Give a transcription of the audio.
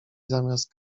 zamiast